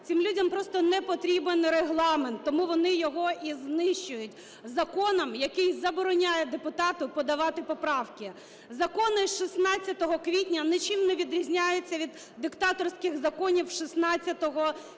Цим людям просто непотрібен Регламент, тому вони його і знищують законом, який забороняє депутату подавати поправки. Закони 16 квітня нічим не відрізняються від диктаторських законів 16 січня.